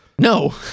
No